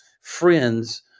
friends